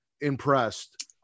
impressed